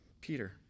Peter